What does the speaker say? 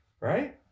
Right